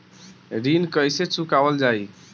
ऋण कैसे चुकावल जाई?